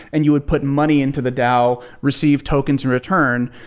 and you would put money into the dao. receive tokens in return,